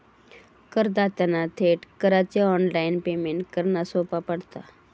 करदात्यांना थेट करांचे ऑनलाइन पेमेंट करना सोप्या पडता